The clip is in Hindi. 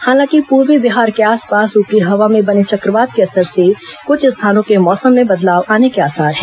हालांकि पूर्वी बिहार के आसपास ऊपरी हवा में बने चक्रवात के असर से कुछ स्थानों के मौसम में बदलाव आने के आसार हैं